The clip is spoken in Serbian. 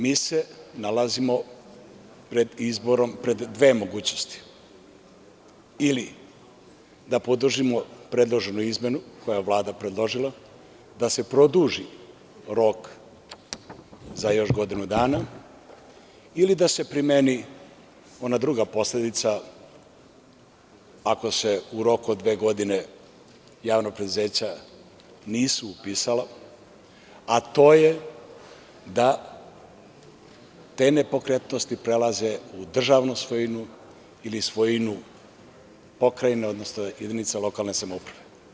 Mi se nalazimo pred dve mogućnosti – ili da podržimo predloženu izmenu koju je Vlada predložila, da se produži rok za još godinu dana, ili da se primeni ona druga posledica, ako se u roku od dve godine javna preduzeća nisu upisala, a to je da te nepokretnosti prelaze u državnu svojinu ili svojinu pokrajine odnosno jedinice lokalne samouprave.